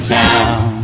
town